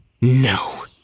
No